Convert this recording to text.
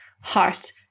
heart